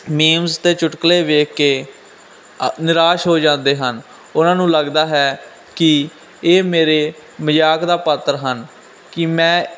memes ਅਤੇ ਚੁਟਕੁਲੇ ਵੇਖ ਕੇ ਅ ਨਿਰਾਸ਼ ਹੋ ਜਾਂਦੇ ਹਨ ਉਹਨਾਂ ਨੂੰ ਲੱਗਦਾ ਹੈ ਕਿ ਇਹ ਮੇਰੇ ਮਜ਼ਾਕ ਦਾ ਪਾਤਰ ਹਨ ਕਿ ਮੈਂ